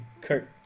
Kirk